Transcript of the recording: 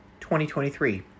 2023